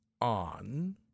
on